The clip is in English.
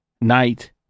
night